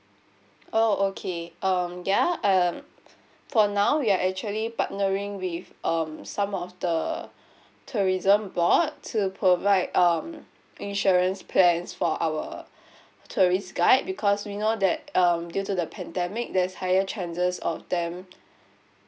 oh okay um ya um for now we are actually partnering with um some of the tourism board to provide um insurance plans for our tourists guide because we know that um due to the pandemic there's higher chances of them